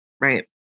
right